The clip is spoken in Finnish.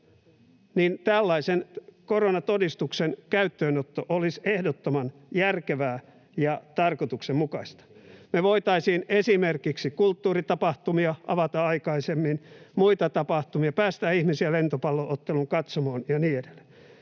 niin tällaisen koronatodistuksen käyttöönotto olisi ehdottoman järkevää ja tarkoituksenmukaista. Me voitaisiin avata aikaisemmin esimerkiksi kulttuuritapahtumia ja muita tapahtumia, päästää ihmisiä lentopallo-otteluiden katsomoon ja niin edelleen.